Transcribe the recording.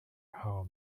her